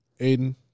Aiden